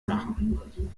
machen